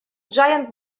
giant